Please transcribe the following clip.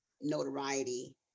notoriety